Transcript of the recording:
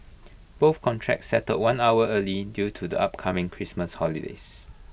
both contracts settled one hour early due to the upcoming Christmas holidays